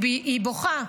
היא בוכה,